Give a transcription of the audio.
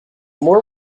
more